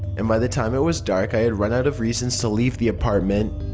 and by the time it was dark i had run out of reasons to leave the apartment.